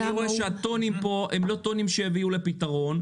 אני רואה שהטונים פה, הם לא טונים שיביאו לפתרון.